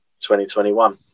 2021